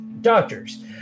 doctors